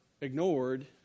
ignored